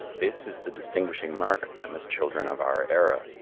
this is the distinguishing mark of them as children of our era.